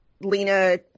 Lena